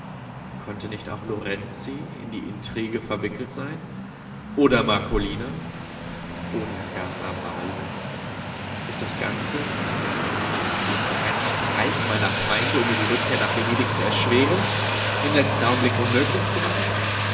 konnte nicht auch lorenzi in die intrige verwickelt sein oder marcolina oder gar amalia ist das ganze dachte er flüchtig ein streich meiner feinde um mir die rückkehr nach venedig zu erschweren im letzten augenblick unmöglich zu machen